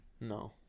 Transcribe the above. No